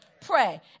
pray